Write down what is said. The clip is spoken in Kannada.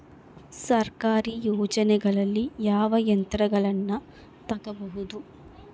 ಸರ್ಕಾರಿ ಯೋಜನೆಗಳಲ್ಲಿ ಯಾವ ಯಂತ್ರಗಳನ್ನ ತಗಬಹುದು?